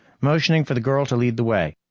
motioning for the girl to lead the way.